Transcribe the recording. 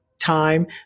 time